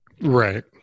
Right